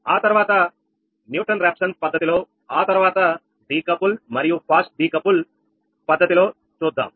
ఆ తర్వాత Newton Raphson పద్ధతిలో ఆ తర్వాత డికపుల్ మరియు ఫాస్ట్ డికపుల్ పద్ధతిలో చూద్దాం